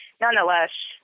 nonetheless